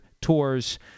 tours